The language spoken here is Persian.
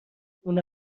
اون